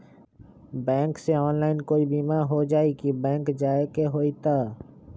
Bank से online कोई बिमा हो जाई कि बैंक जाए के होई त?